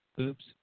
Oops